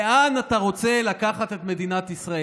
לאן אתה רוצה לקחת את מדינת ישראל?